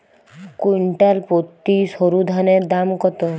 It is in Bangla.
কুইন্টাল প্রতি সরুধানের দাম কত?